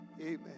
Amen